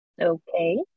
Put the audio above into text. okay